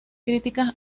críticas